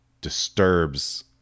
disturbs